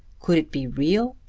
could it be real?